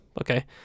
okay